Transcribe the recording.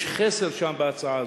יש חסר בהצעה הזו,